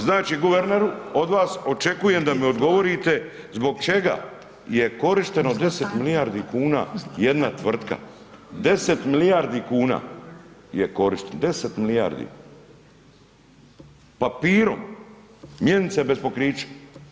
Znači guverneru od vas očekujem da mi odgovorite zbog čega je korišteno 10 milijardi kuna jedna tvrtka 10 milijardi kuna, je korišteno 10 milijardi papirom mjenice bez pokrića.